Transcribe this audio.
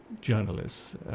journalists